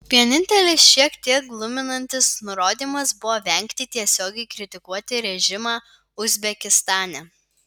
vienintelis šiek tiek gluminantis nurodymas buvo vengti tiesiogiai kritikuoti režimą uzbekistane